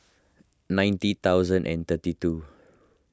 ninety thousand and thirty two